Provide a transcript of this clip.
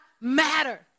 matter